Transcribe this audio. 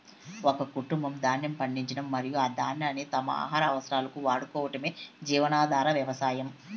ఒక కుటుంబం ధాన్యం పండించడం మరియు ఆ ధాన్యాన్ని తమ ఆహార అవసరాలకు వాడుకోవటమే జీవనాధార వ్యవసాయం